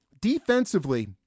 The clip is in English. Defensively